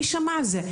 מי שמע על זה?